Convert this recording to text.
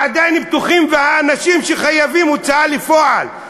עדיין פתוחים, והאנשים שחייבים להוצאה לפועל,